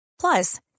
Plus